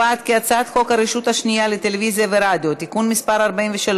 חוק הרשות השנייה לטלוויזיה ורדיו (תיקון מס' 43)